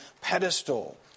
pedestal